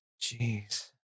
jeez